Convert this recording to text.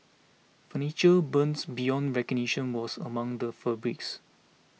furniture burned beyond recognition was among the fabrics